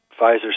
Pfizer